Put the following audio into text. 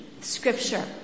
Scripture